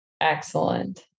Excellent